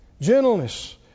gentleness